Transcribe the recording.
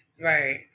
Right